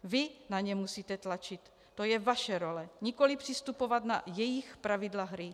Vy na ně musíte tlačit, to je vaše role, nikoli přistupovat na jejich pravidla hry.